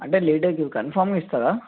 అంటే లీటర్కి కన్ఫామ్గా ఇస్తుందా